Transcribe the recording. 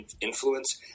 influence